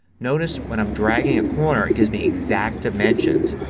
notice when i'm dragging a corner it gives me exact dimensions.